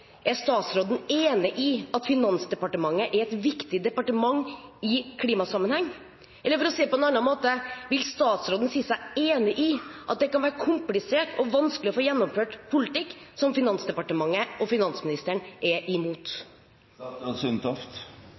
Er statsråden enig i at Finansdepartementet er et viktig departement i klimasammenheng? Eller for å si det på en annen måte: Vil statsråden si seg enig i at det kan være komplisert og vanskelig å få gjennomført politikk som Finansdepartementet og finansministeren er